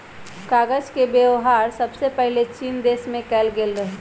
कागज के वेबहार सबसे पहिले चीन देश में कएल गेल रहइ